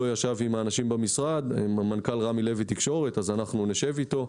אם הוא לא ישב עם האנשים במשרד אז אנחנו נשב איתו.